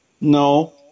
No